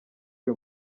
uyu